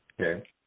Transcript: Okay